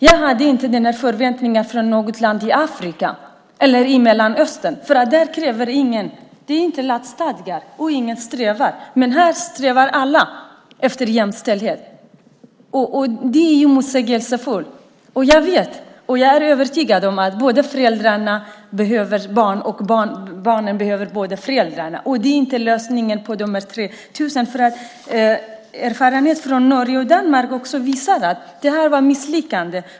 Jag har inga sådana förväntningar från något land i Afrika eller i Mellanöstern. Där kräver ingen detta. Det är inte lagstadgat, och ingen strävar efter det. Men här strävar alla efter jämställdhet. Detta är motsägelsefullt. Jag vet och är övertygad om att barn behöver båda föräldrarna. Lösningen är inte de 3 000 kronorna. Erfarenheter från Norge och Danmark visar på ett misslyckande.